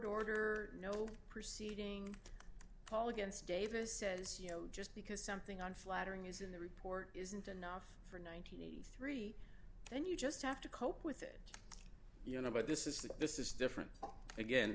order no proceeding paul against davis says you know just because something on flattering news in the report isn't enough for the three then you just have to cope with it you know but this is this is different again